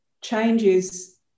changes